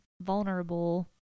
vulnerable